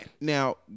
now